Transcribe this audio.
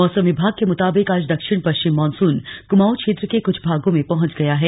मौसम विभाग के मुताबिक आज दक्षिण पश्चिम मॉनसून कुमाऊं क्षेत्र के कुछ भागों में पहुंच गया है